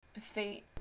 Fate